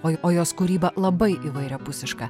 o o jos kūryba labai įvairiapusiška